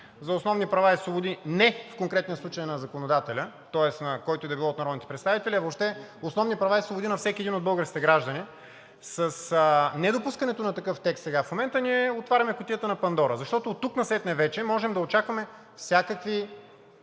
за основни права и свободи, не в конкретния случай на законодателя, тоест на който и да било от народните представители, а въобще основни права и свободи на всеки един от българските граждани. С недопускането на такъв текст сега в момента ние отваряме кутията на Пандора, защото оттук насетне вече можем да очакваме всякакви